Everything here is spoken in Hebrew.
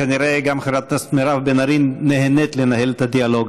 כנראה גם חברת הכנסת מירב בן ארי נהנית לנהל את הדיאלוג,